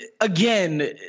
again